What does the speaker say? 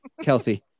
Kelsey